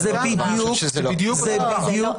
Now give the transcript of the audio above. זה בדיוק אותו דבר.